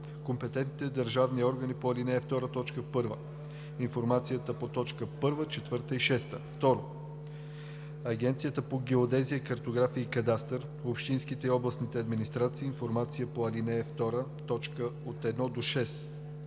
компетентните държавни органи по ал. 2, т. 1 – информацията по т. 1, 4 и 6; 2. Агенцията по геодезия, картография и кадастър, общинските и областните администрации – информацията по ал. 2, т. 1 – 6;